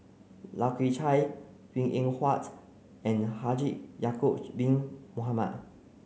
Lai Kew Chai Png Eng Huat and Haji Ya'acob bin Mohamed